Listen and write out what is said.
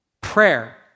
prayer